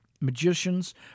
magicians